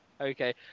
Okay